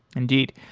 indeed.